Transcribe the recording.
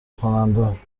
کننده